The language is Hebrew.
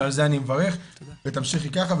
ועל זה אני מברך ותמשיכי ככה,